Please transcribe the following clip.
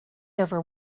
over